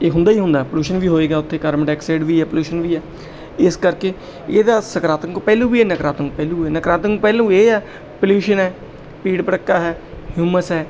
ਇਹ ਹੁੰਦਾ ਹੀ ਹੁੰਦਾ ਪੋਲਿਊਸ਼ਨ ਵੀ ਹੋਏਗਾ ਉੱਥੇ ਕਾਰਬਨ ਡਾਈਆਕਸਾਈਡ ਵੀ ਹੈ ਪੋਲਿਊਸ਼ਨ ਵੀ ਹੈ ਇਸ ਕਰਕੇ ਇਹਦਾ ਸਕਾਰਾਤਮਕ ਪਹਿਲੂ ਵੀ ਹੈ ਨਕਾਰਾਤਮ ਪਹਿਲੂ ਵੀ ਹੈ ਨਕਾਰਾਤਮ ਪਹਿਲੂ ਇਹ ਆ ਪੋਲਿਊਸ਼ਨ ਹੈ ਭੀੜ ਭੜੱਕਾ ਹੈ ਹਿਊਮਸ ਹੈ